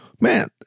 Man